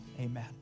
amen